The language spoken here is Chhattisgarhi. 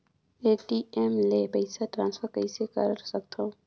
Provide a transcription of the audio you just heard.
ए.टी.एम ले पईसा ट्रांसफर कइसे कर सकथव?